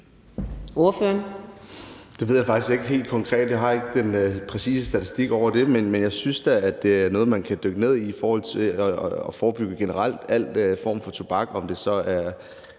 (M): Det ved jeg faktisk ikke helt konkret. Jeg har ikke den præcise statistik over det. Men jeg synes da, at det er noget, man kan dykke ned i forhold til generelt at forebygge alle former for brug af tobak, om det så er